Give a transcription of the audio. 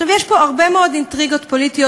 יש פה הרבה מאוד אינטריגות פוליטיות.